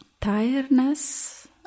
tiredness